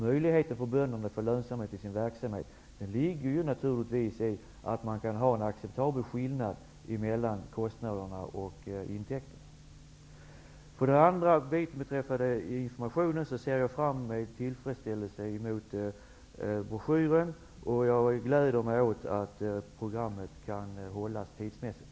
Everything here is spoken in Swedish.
Möjligheterna för bönderna att få lönsamhet i sin verksamhet ligger naturligtvis i att det finns en acceptabel skillnad mellan kostnaderna och intäkterna. För det andra ser jag beträffande informationen med tillfredsställelse fram emot broschyren. Jag gläder mig åt att programmet kan hållas tidsmässigt.